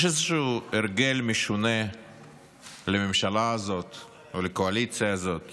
יש איזשהו הרגל משונה לממשלה הזאת או לקואליציה הזאת